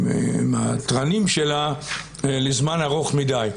התרנים שלה לזמן ארוך מדי.